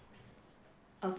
okay